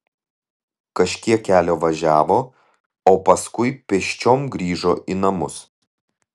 kažkiek kelio važiavo o paskui pėsčiom grįžo į namus